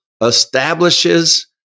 establishes